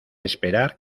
esperar